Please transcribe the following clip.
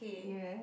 yes